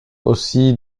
aussi